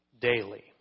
daily